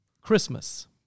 Christmas